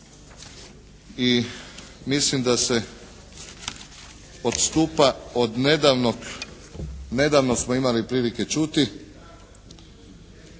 I mislim da se odstupa od nedavnog, nedavno smo imali prilike čuti